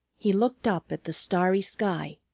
he looked up at the starry sky.